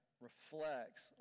reflects